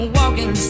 walking